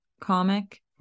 comic